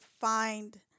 find